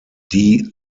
die